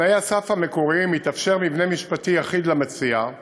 בתנאי הסף המקוריים התאפשר מבנה משפטי יחיד למציע: